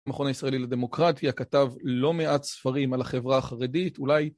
מכון הישראלי לדמוקרטיה כתב לא מעט ספרים על החברה החרדית, אולי